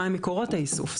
מה מקורות האיסוף.